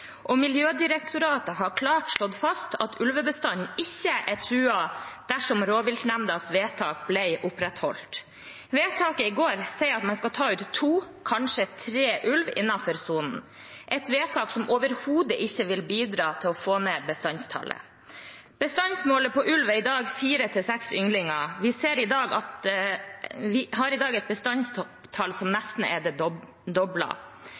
og Miljødirektoratet har klart slått fast at ulvebestanden ikke ville være truet dersom Rovviltnemndas vedtak ble opprettholdt. Vedtaket i går sier at man skal ta ut to, kanskje tre ulver innenfor sonen. Det er et vedtak som overhodet ikke vil bidra til å få ned bestandstallet. Bestandsmålet på ulv er i dag på fire–seks ynglinger. Vi har i dag et bestandstall som